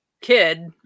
kid